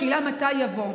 השאלה היא מתי יבוא.